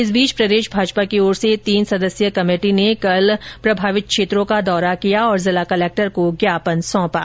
इस बीच प्रदेश भाजपा की ओर से तीन सदस्यीय कमेटी ने कल प्रभावित क्षेत्रों का दौरा किया और जिला कलेक्टर को ज्ञापन सौंपा